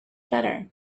better